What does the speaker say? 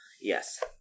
yes